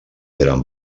eren